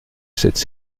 cette